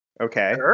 okay